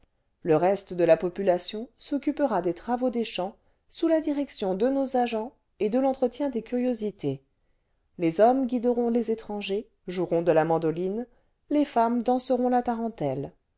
le reste de la population s'occupera des travaux des cha mps sous la direction de nos agents et de l'entretien des curiosités les hommes guideront les étrangers joueront de la mandoline les femmes danseront la tarentelle